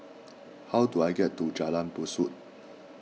how do I get to Jalan Besut